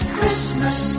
Christmas